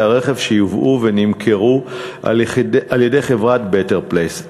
הרכב שיובאו ונמכרו על-ידי חברת "בטר פלייס".